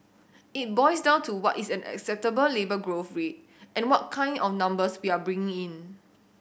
it boils down to what is an acceptable labour growth read and what kind of numbers we are bring in